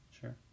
Sure